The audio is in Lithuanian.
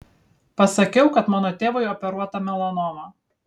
pasakiau kad mano tėvui operuota melanoma